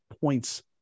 points